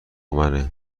منه